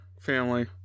family